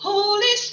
Holy